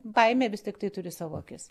baimė vis tiktai turi savo akis